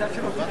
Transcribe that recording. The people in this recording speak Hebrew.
סעיפים 4 5